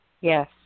Yes